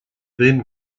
then